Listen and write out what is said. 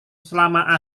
selama